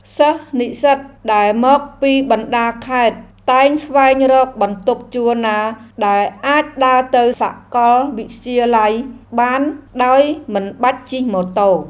សិស្សនិស្សិតដែលមកពីបណ្តាខេត្តតែងស្វែងរកបន្ទប់ជួលណាដែលអាចដើរទៅសាកលវិទ្យាល័យបានដោយមិនបាច់ជិះម៉ូតូ។